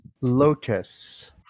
Lotus